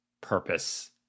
purpose